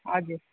हजुर